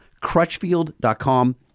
crutchfield.com